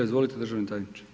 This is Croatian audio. Izvolite državni tajniče.